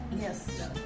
yes